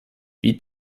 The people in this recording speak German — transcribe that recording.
wie